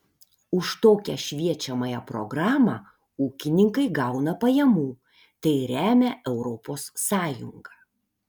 už tokią šviečiamąją programą ūkininkai gauna pajamų tai remia europos sąjunga